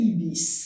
Ibis